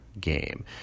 game